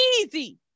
easy